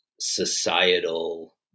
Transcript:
societal